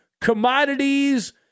commodities